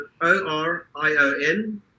O-R-I-O-N